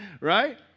right